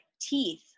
teeth